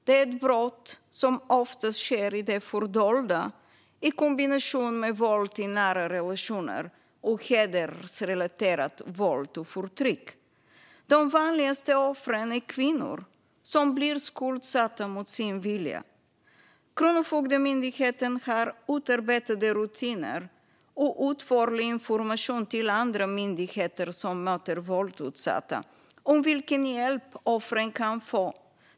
Det är ett brott som oftast sker i det fördolda i kombination med våld i nära relationer och hedersrelaterat våld och förtryck. De vanligaste offren är kvinnor som blir skuldsatta mot sin vilja. Kronofogdemyndigheten har utarbetade rutiner och utförlig information till andra myndigheter som möter våldsutsatta om vilken hjälp som offren kan få.